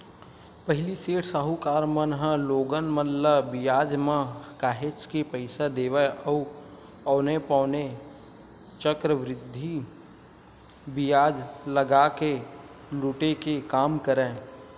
पहिली सेठ, साहूकार मन ह लोगन मन ल बियाज म काहेच के पइसा देवय अउ औने पौने चक्रबृद्धि बियाज लगा के लुटे के काम करय